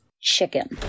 Chicken